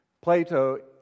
Plato